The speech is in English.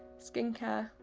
skin care,